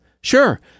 Sure